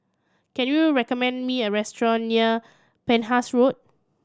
can you recommend me a restaurant near Penhas Road